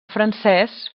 francès